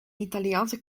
italiaanse